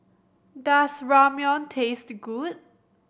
does Ramyeon taste good